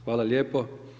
Hvala lijepo.